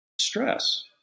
Stress